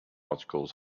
articles